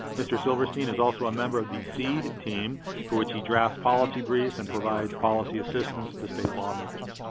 mr. silverstein is also a member of the seed team for which he drafts policy briefs, and provides policy assistance to state lawmakers.